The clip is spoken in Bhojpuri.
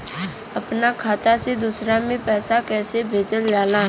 अपना खाता से दूसरा में पैसा कईसे भेजल जाला?